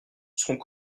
seront